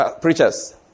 Preachers